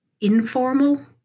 informal